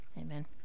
amen